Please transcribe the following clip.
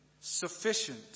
sufficient